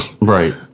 Right